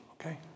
okay